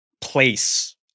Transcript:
place